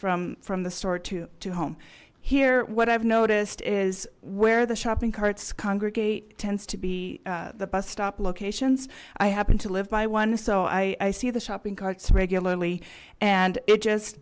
from from the store to to home here what i've noticed is where the shopping carts congregate tends to be the bus stop locations i happen to live by one so i see the shopping carts regularly and it just